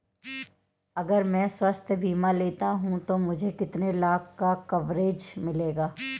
अगर मैं स्वास्थ्य बीमा लेता हूं तो मुझे कितने लाख का कवरेज मिलेगा?